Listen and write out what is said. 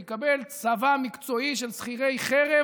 הוא יקבל צבא מקצועי של שכירי חרב